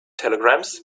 telegrams